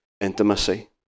intimacy